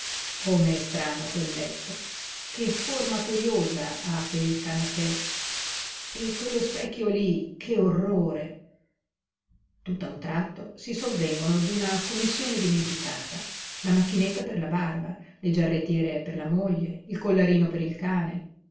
affacciarsi com'è strano quel letto che forma curiosa ha quel canapè e quello specchio lí che orrore tutt'a un tratto si sovvengono d'una commissione dimenticata la macchinetta per la barba le giarrettiere per la moglie il collarino per il cane